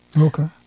okay